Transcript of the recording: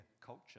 culture